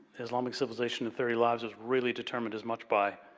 islamic civilization in thirty lives was really determined as much by